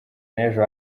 n’ejo